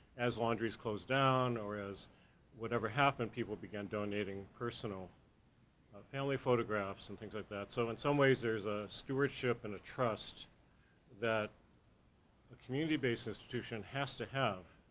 as laundries closed down, or as whatever happened, people began donating donating personal family photographs, and things like that. so in some ways, there is a stewardship and a trust that a community-based institution has to have,